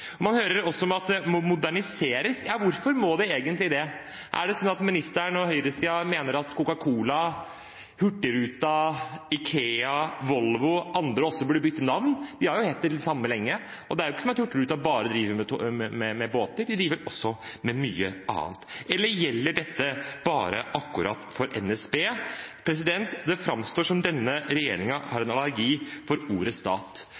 Man hører også om at det må moderniseres. Ja, hvorfor må det egentlig det? Er det sånn at ministeren og høyresiden mener at Coca-Cola, Hurtigruten, IKEA, Volvo og andre også burde bytte navn – de har jo hett det samme lenge? Hurtigruten driver jo ikke bare med båter, de driver også med mye annet. Eller gjelder dette bare for NSB? Det framstår som at denne regjeringen har en allergi for ordet